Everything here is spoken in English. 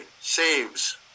saves